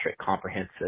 Comprehensive